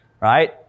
right